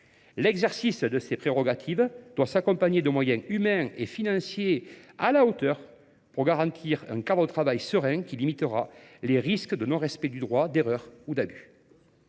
L'exercice de ces prérogatives doit s'accompagner de moyens humains et financiers à la hauteur pour garantir un cadre de travail serein qui limitera les risques de non-respect du droit, d'erreur ou d'abus.